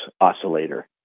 oscillator